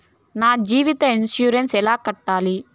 నా జీవిత ఇన్సూరెన్సు ఎలా కట్టాలి?